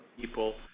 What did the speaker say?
people